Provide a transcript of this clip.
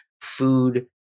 food